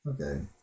okay